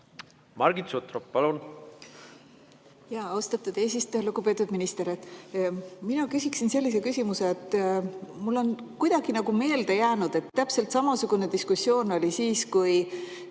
Margit Sutrop, palun! Austatud eesistuja! Lugupeetud minister! Mina küsin sellise küsimuse. Mulle on kuidagi meelde jäänud, et täpselt samasugune diskussioon oli siis, kui